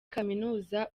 kaminuza